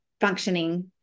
functioning